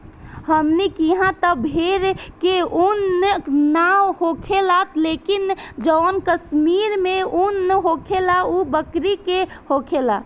हमनी किहा त भेड़ के उन ना होखेला लेकिन जवन कश्मीर में उन होखेला उ बकरी के होखेला